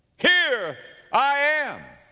here i am.